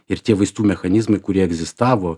ir tie vaistų mechanizmai kurie egzistavo